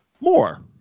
more